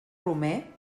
romer